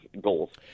goals